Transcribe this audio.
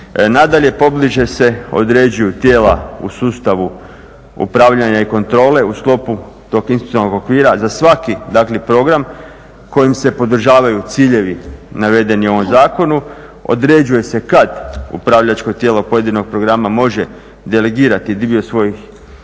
Nadalje, pobliže se određuju tijela u sustavu upravljanja i kontrole u sklopu tog institucionalnog okvira za svaki program kojim se podržavaju ciljevi navedeni u ovom zakonu, određuje se kada upravljačko tijelo pojedinog programa može delegirati dio svojih